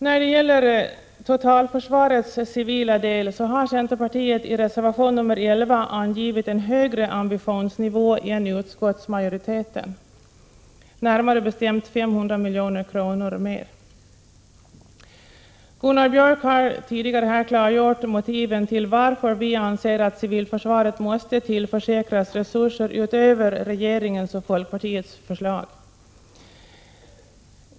När det gäller totalförsvarets civila del har centerpartiet i reservation 11 angivit en högre ambitionsnivå än utskottsmajoriteten. Vi vill närmare bestämt anslå 500 miljoner mer. Gunnar Björk i Gävle har tidigare klargjort motiven till att vi anser att civilförsvaret måste tillförsäkras resurser utöver vad regeringen och folkpartiet föreslår.